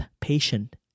patient